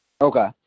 Okay